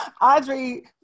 Audrey